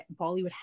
Bollywood